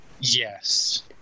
Yes